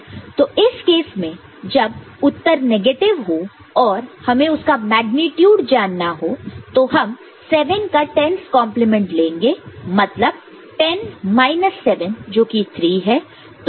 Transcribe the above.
तो इस केस में जब उत्तर नेगेटिव हो और हमें उसका मेग्नीट्यूड जानना हो तो हम 7 का 10's कंप्लीमेंट 10's complement लेंगे मतलब 10 माइनस 7 जोकि 3 है